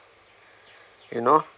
you know